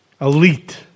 Elite